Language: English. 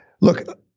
Look